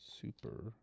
Super